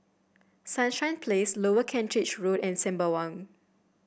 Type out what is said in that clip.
Sunshine Place Lower Kent Ridge Road and Sembawang